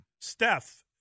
Steph